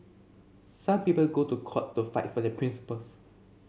some people go to court to fight for their principles